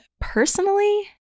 personally